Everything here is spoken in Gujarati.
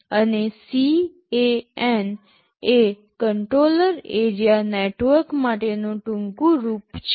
અને CAN એ કંટ્રોલર એરિયા નેટવર્ક માટેનું ટૂંકું રૂપ છે